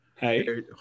Hey